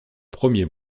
premiers